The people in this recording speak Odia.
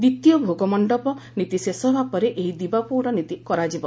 ଦ୍ୱିତୀୟ ଭୋଗମଣ୍ଡପ ନୀତି ଶେଷ ହେବା ପରେ ଏହି ଦିବା ପଉଡ ନୀତି କରାଯିବ